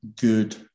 good